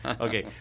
Okay